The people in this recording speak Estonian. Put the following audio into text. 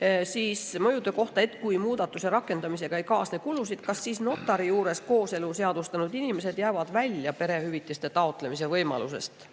Küsiti, et kui [seaduse] rakendamisega [väidetavalt] ei kaasne kulusid, kas siis notari juures kooselu seadustanud inimesed jäävad ilma perehüvitiste taotlemise võimalusest?